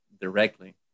directly